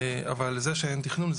אבל זה שאין תכנון,